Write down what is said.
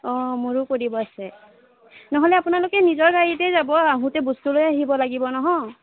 অঁ মোৰো কৰিব আছে নহ'লে আপোনালোকে নিজৰ গাড়ীতেই যাব আহোঁতে বস্তু লৈ আহিব লাগিব নহয়